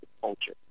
culture